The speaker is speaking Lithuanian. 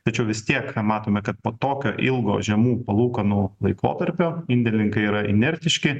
tačiau vis tiek matome kad po tokio ilgo žemų palūkanų laikotarpio indėlininkai yra inertiški